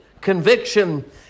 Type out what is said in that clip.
conviction